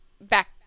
back